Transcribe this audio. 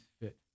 fit